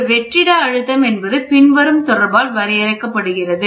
ஒரு வெற்றிட அழுத்தம் என்பது பின்வரும் தொடர்பால் வரையறுக்கப்படுகிறது